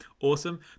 Awesome